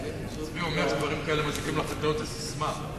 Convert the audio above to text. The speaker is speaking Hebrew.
צבי אומר שדברים כאלה מזיקים לחקלאות, זאת ססמה.